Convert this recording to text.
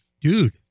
Dude